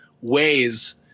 ways